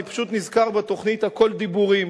אני פשוט נזכר בתוכנית "הכול דיבורים".